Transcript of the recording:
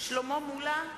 שלמה מולה,